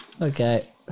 Okay